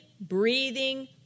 breathing